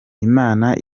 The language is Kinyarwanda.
imana